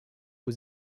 aux